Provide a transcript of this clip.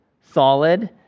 solid